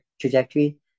trajectory